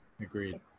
Agreed